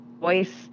Voice